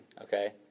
okay